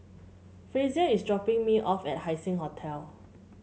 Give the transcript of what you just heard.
Frazier is dropping me off at Haising Hotel